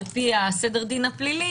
על-פי סדר הדין הפלילי.